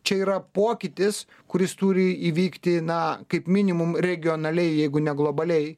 čia yra pokytis kuris turi įvykti na kaip minimum regionaliai jeigu ne globaliai